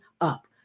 up